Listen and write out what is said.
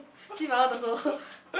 see my one also